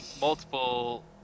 multiple